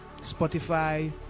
Spotify